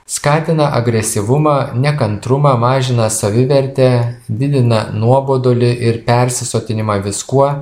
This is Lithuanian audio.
skatina agresyvumą nekantrumą mažina savivertę didina nuobodulį ir persisotinimą viskuo